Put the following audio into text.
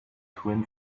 twin